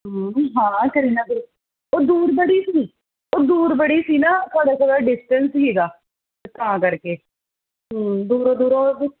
ਹਾਂ ਕਰੀਨਾ ਵੀ ਉਹ ਦੂਰ ਬੜੀ ਸੀ ਉਹ ਦੂਰ ਬੜੀ ਸੀ ਨਾ ਸਾਡੇ ਥੋੜ੍ਹਾ ਡਿਸਟੈਂਸ ਸੀਗਾ ਤਾਂ ਕਰਕੇ ਹੂੰ ਦੂਰੋਂ ਦੂਰੋਂ